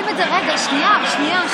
רגע, שנייה.